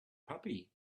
puppy